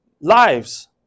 lives